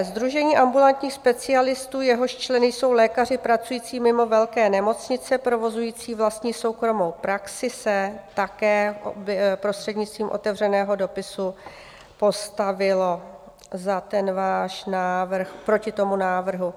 Sdružení ambulantních specialistů, jehož členy jsou lékaři pracující mimo velké nemocnice, provozující vlastní soukromou praxi, se také prostřednictvím otevřeného dopisu postavilo za ten váš návrh... proti tomu návrhu.